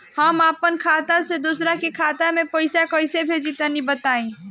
हम आपन खाता से दोसरा के खाता मे पईसा कइसे भेजि तनि बताईं?